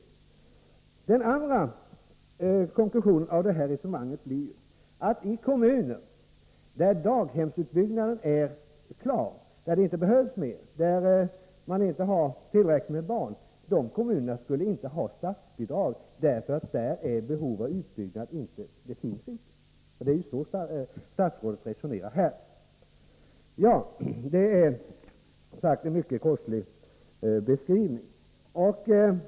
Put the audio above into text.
Den andra konklusionen av det här resonemanget blir att de kommuner där daghemsutbyggnaden är klar — där man inte har tillräckligt med barn — inte skulle få statsbidrag, därför att det inte finns behov av utbyggnad. Det är så statsrådet resonerar här! Det är, som sagt, en mycket kostlig beskrivning.